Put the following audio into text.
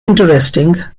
interesting